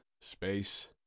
space